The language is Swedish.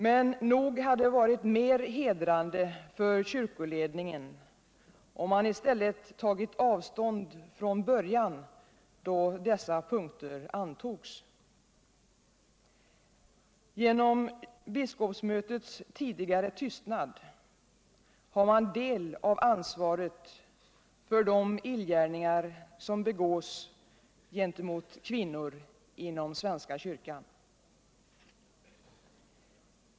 Men nog hade det varit mer hedrande för kyrkoledningen om man i stället tagit avstånd från början då dessa punkter antogs. Genom biskopsmötets tidigare tystnad har man del av ansvaret för de illgärningar som begås mot kvinnor inom svenska kyrkan.